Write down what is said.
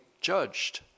judged